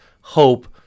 hope